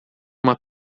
uma